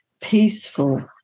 peaceful